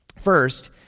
First